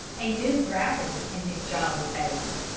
a new gravity in his jolly face.